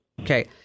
Okay